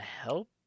help